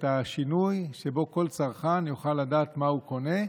השינוי וכל צרכן יוכל לדעת מה הוא קונה,